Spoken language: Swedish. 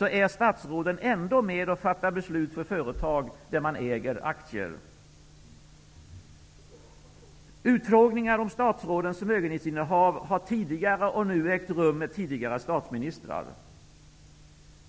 är med och fattar beslut för företag i vilka man själv äger aktier. Utfrågningar om statsrådens förmögenhetsinnehav har tidigare och nu ägt rum med tidigare statsministrar.